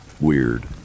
Weird